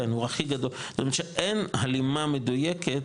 כן, הוא הכי גדול, אין הלימה מדויקת,